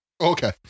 Okay